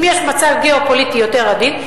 אם יש מצב גיאו-פוליטי יותר עדין,